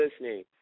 listening